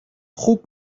خوب